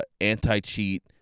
anti-cheat